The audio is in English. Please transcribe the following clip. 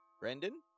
Brendan